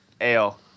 ale